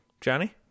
Johnny